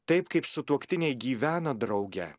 taip kaip sutuoktiniai gyvena drauge